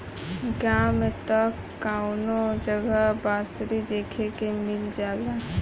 गांव में त कवनो जगह बँसवारी देखे के मिल जाला